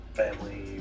family